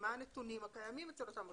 מה הנתונים הקיימים אצל אותם מוסדות,